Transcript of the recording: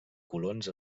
colons